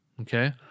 Okay